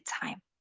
time